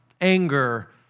anger